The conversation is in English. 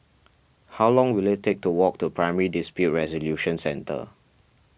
how long will it take to walk to Primary Dispute Resolution Centre